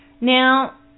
Now